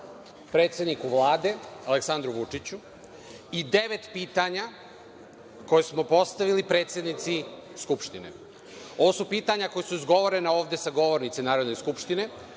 predsedniku Vlade Aleksandru Vučiću i devet pitanja koja smo postavili predsednici Skupštine. Ovo su pitanja koja su izgovorena ovde sa govornice Narodne skupštine,